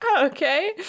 Okay